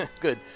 good